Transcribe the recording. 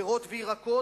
על פירות וירקות,